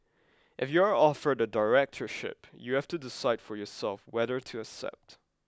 if you are offered a directorship you have to decide for yourself whether to accept